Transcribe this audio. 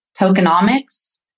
tokenomics